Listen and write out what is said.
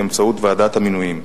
קשה מאוד.